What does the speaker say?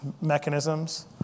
mechanisms